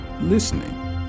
listening